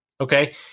Okay